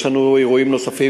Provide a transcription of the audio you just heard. יש לנו אירועים נוספים,